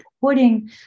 putting